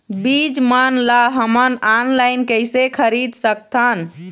बीज मन ला हमन ऑनलाइन कइसे खरीद सकथन?